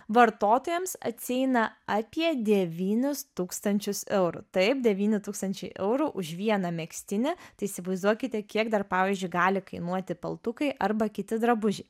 vartotojams atsieina apie devynis tūkstančius eurų taip devyni tūkstančiai eurų už vieną megztinį tai įsivaizduokite kiek dar pavyzdžiui gali kainuoti paltukai arba kiti drabužiai